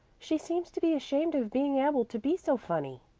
she seems to be ashamed of being able to be so funny.